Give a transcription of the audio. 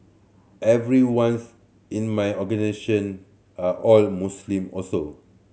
everyone's in my are all Muslim also